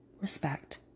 respect